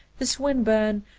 the swinburne,